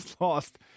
lost